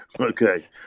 Okay